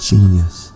Genius